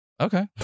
Okay